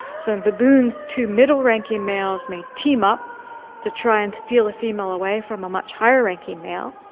so in baboons two middle ranking males may team up to try and steal a female away from a much higher ranking male.